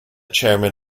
chairman